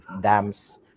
dams